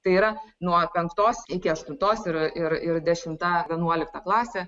tai yra nuo penktos iki aštuntos ir ir dešimta vienuolikta klasė